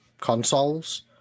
consoles